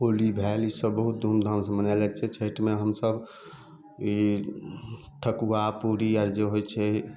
होली भेल ईसब बहुत धूमधाम से मनाएल जाइत छै छठिमे हमसब ई ठकुआ पूरी आर जे होइत छै